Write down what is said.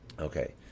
Okay